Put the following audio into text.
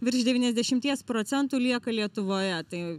virš devyniasdešimties procentų lieka lietuvoje tai